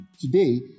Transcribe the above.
Today